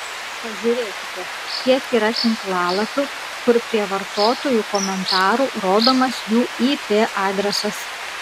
pažiūrėkite kiek yra tinklalapių kur prie vartotojų komentarų rodomas jų ip adresas